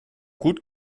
gut